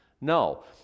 No